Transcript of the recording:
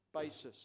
basis